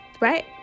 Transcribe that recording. right